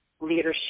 leadership